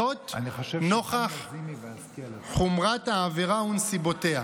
זאת, נוכח חומרת העבירה ונסיבותיה.